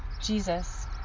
Jesus